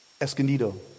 Escondido